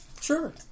Sure